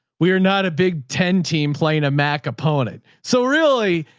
we are not a big ten team playing a mac opponent. so really,